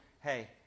hey